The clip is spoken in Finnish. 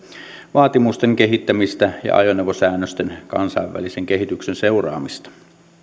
vaatimusten kehittämistä ja ajoneuvosäännösten kansainvälisen kehityksen seuraamista